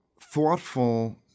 thoughtful